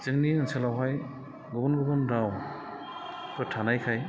जोंनि ओनसोलावहाय गुबुन गुबुन रावफोर थानायखाय